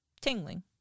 tingling